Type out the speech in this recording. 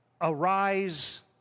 arise